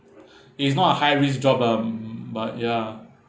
it's not a high risk job lah mm mm but ya